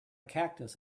cactus